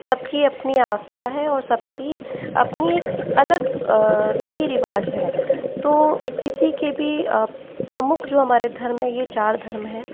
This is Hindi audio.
सबकी अपनी आस्था है और सबकी अपनी एक अलग रीति रिवाज है तो किसी के भी प्रमुख जो हमारे धर्म है वो यह चार धर्म हैं